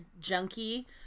junkie